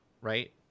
right